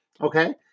Okay